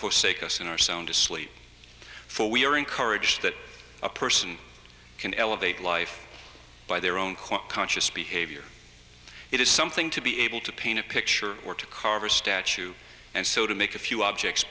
forsake us in our sound asleep for we are encouraged that a person can elevate life by their own conscious behavior it is something to be able to paint a picture or to carve a statue and so to make a few objects